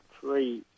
three